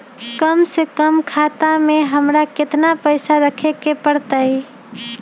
कम से कम खाता में हमरा कितना पैसा रखे के परतई?